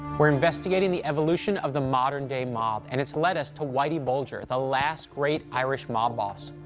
we're investigating the evolution of the modern-day mob, and it's led us to whitey bulger, the last great irish mob boss.